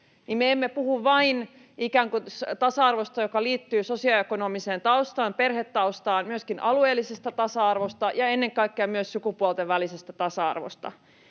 emme puhu vain tasa-arvosta, joka liittyy sosioekonomiseen taustaan ja perhetaustaan vaan myöskin alueellisesta tasa-arvosta ja ennen kaikkea myös sukupuolten välisestä tasa-arvosta.